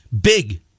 big